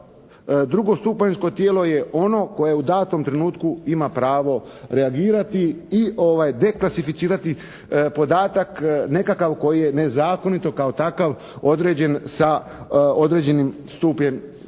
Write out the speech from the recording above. drugostupanjsko tijelo je ono koje u datom trenutku ima pravo reagirati i deklasificirati podatak nekakav koji je nezakonito kao takav određen sa određenim stupnjem